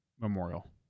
Memorial